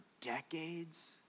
decades